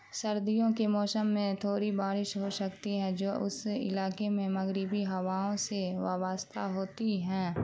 سردیوں کے موسم میں تھوڑی بارش ہو سکتی ہے جو اس علاقے میں مغربی ہواؤں سے وابستہ ہوتی ہیں